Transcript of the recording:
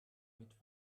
mit